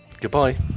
Goodbye